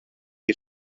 que